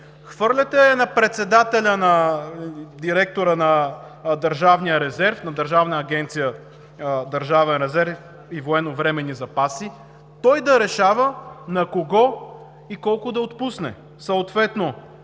хвърляте я на директора на Държавна агенция „Държавен резерв и военновременни запаси“ – той да решава на кого и колко да отпусне